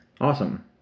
Awesome